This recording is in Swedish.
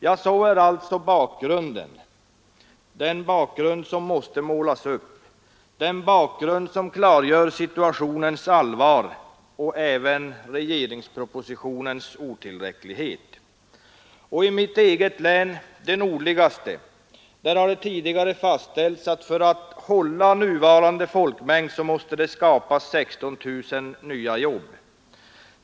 Sådan är alltså den bakgrund som måste målas upp, den bakgrund som klargör situationens allvar och även regeringspropositionens otillräcklighet. I mitt eget län, det nordligaste, har det tidigare fastställts att för att hålla nuvarande folkmängd måste man skapa 16 000 nya jobb.